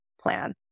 plan